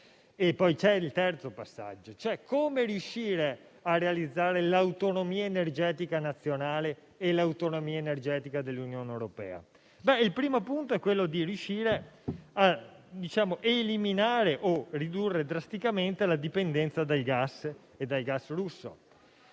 e poi c'è il terzo: come riuscire a realizzare l'autonomia energetica nazionale e l'autonomia energetica dell'Unione europea? Il primo punto è eliminare o ridurre drasticamente la dipendenza dai gas e dal gas russo.